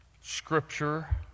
scripture